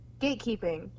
Gatekeeping